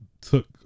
took